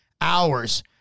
hours